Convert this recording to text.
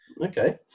Okay